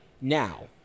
Now